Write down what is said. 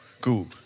Cool